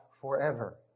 forever